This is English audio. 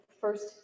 first